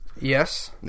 Yes